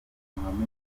mohammed